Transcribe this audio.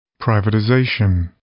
Privatization